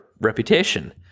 Reputation